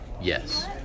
Yes